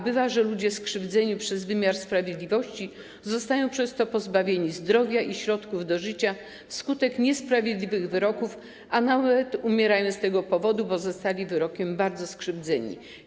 Bywa, że ludzie są krzywdzeni przez wymiar sprawiedliwości, zostają pozbawieni zdrowia i środków do życia wskutek niesprawiedliwych wyroków, a nawet umierają z tego powodu, że zostali takimi wyrokami bardzo skrzywdzeni.